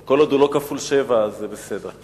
כל עוד הוא לא כפול שבע אז זה בסדר.